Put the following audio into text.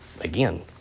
again